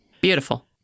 Beautiful